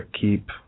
keep